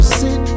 sit